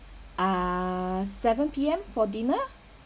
uh seven P_M for dinner